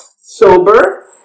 sober